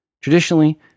Traditionally